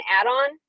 add-on